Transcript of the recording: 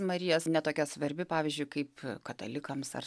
marijos ne tokia svarbi pavyzdžiui kaip katalikams ar